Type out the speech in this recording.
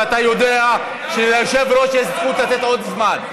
ואתה יודע שליושב-ראש יש זכות לתת עוד זמן.